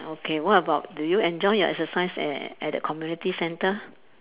okay what about do you enjoy your exercise at at the community centre